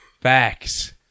Facts